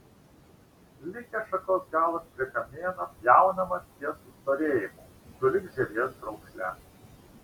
likęs šakos galas prie kamieno pjaunamas ties sustorėjimu sulig žievės raukšle